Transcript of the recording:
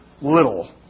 little